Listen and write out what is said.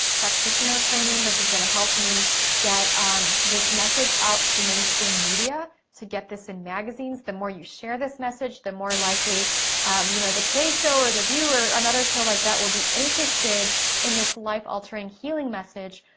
practitioner training. this is gonna help me get this message out to mainstream media, to get this in magazines. the more you share this message, the more likely you know the today show, or the view, or another show like that will be interested in this life altering healing message.